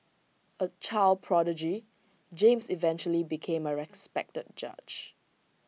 A child prodigy James eventually became A respected judge